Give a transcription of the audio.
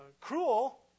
Cruel